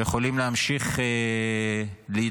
יכולים להמשיך לבצע.